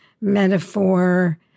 metaphor